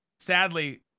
Sadly